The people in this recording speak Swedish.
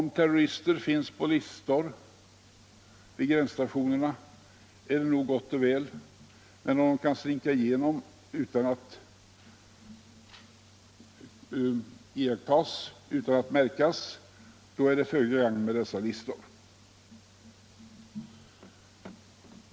Att terrorister finns på listor vid gränsstationerna är nog gott och väl, men om terrorister kan slinka igenom utan att iakttas, är det föga gagn med dessa listor.